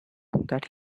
that